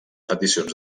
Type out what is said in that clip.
peticions